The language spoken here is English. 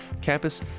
campus